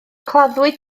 claddwyd